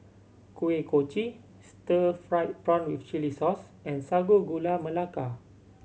Kuih Kochi stir fried prawn with chili sauce and Sago Gula Melaka